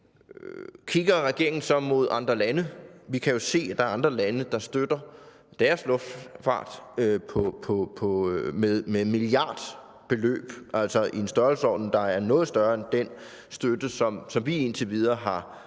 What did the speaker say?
kigger regeringen så mod andre lande? Vi kan jo se, at der er andre lande, der støtter deres luftfart med milliarder, altså i en størrelsesorden, der er noget større end den støtte, som vi indtil videre har givet.